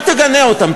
אל תגנה אותם,